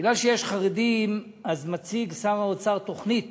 בגלל שיש חרדים שר האוצר מציג תוכנית